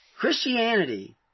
Christianity